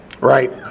Right